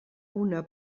una